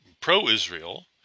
pro-Israel